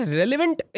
relevant